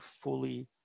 fully